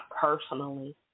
personally